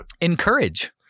Encourage